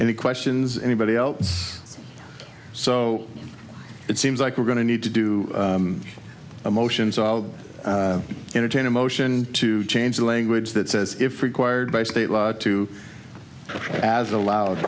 ok any questions anybody else so it seems like we're going to need to do a motion so i'll entertain a motion to change the language that says if required by state law to as allowed